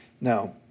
Now